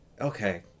Okay